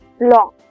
long